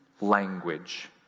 language